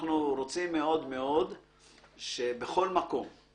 אם אתם שואלים אותי, בתהליך הזה,